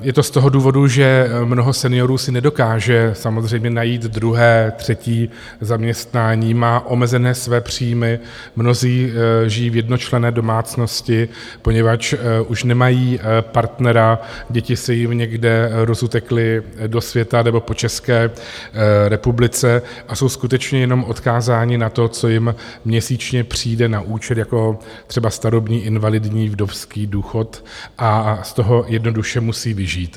Je to z toho důvodu, že mnoho seniorů si nedokáže samozřejmě najít druhé, třetí zaměstnání, má omezené své příjmy, mnozí žijí v jednočlenné domácnosti, poněvadž už nemají partnera, děti se jim někde rozutekly do světa nebo po České republice a jsou skutečně jenom odkázáni na to, co jim měsíčně přijde na účet, jako třeba starobní, invalidní, vdovský důchod a z toho jednoduše musí vyžít.